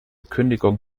kündigung